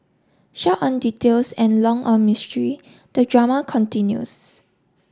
short on details and long on mystery the drama continues